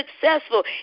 successful